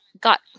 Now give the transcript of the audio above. got